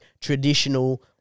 traditional